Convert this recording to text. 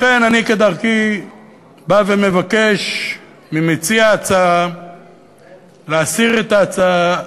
לכן אני כדרכי בא ומבקש ממציע ההצעה להסיר את ההצעה,